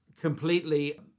completely